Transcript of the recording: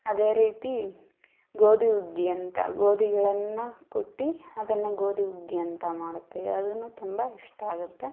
ಅದೇ ರೀತಿ ಗೋಧಿ ಹುಗ್ಗಿ ಅಂತ ಗೋಧಿಗಳನ್ನು ಕುಟ್ಟಿ ಅದನ್ನು ಗೋಧಿ ಹುಗ್ಗಿ ಅಂತ ಮಾಡುತ್ತೇವೆ ಅದು ತುಂಬ ಇಷ್ಟ ಆಗುತ್ತೆ